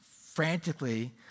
frantically